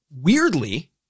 weirdly